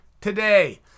today